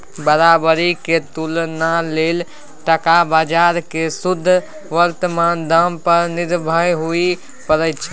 बराबरीक तुलना लेल टका बजार केँ शुद्ध बर्तमान दाम पर निर्भर हुअए परै छै